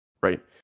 right